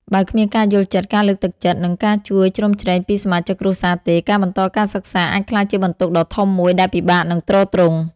បើគ្មានការយល់ចិត្ត ការលើកទឹកចិត្ត និងការជួយជ្រោមជ្រែងពីសមាជិកគ្រួសារទេ ការបន្តការសិក្សាអាចក្លាយជាបន្ទុកដ៏ធំមួយដែលពិបាកនឹងទ្រទ្រង់។